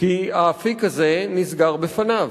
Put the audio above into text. כי האפיק הזה נסגר בפניו.